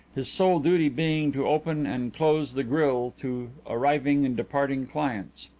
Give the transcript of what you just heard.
his sole duty being to open and close the grille to arriving and departing clients.